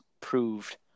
proved